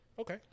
Okay